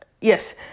Yes